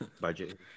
budget